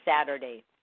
Saturday